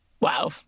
Wow